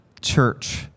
church